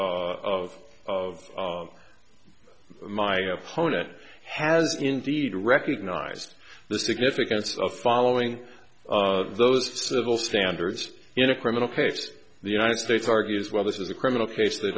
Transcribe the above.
assertions of of my opponent has indeed recognized the significance of following those civil standards in a criminal case the united states argues well this is a criminal case they